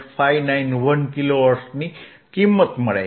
591 kilo હર્ટ્ઝની કિંમત મળે છે